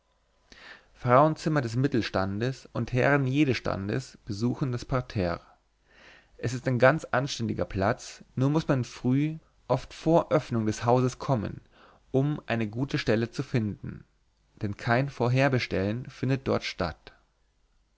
frauenzimmer des mittelstandes und herren jedes standes besuchen das parterre es ist ein ganz anständiger platz nur muß man früh oft vor öffnung des hauses kommen um eine gute stelle zu finden denn kein vorherbestellen findet dort statt